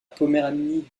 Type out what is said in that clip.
poméranie